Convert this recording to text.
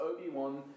Obi-Wan